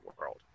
world